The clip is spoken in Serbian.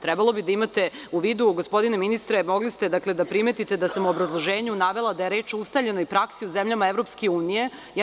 Trebalo bi da imate u vidu, gospodine ministre, mogli ste da primetite da sam obrazloženju navela da je reč o ustaljenoj praksi zemljama Evropske Unije.